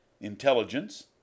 intelligence